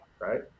right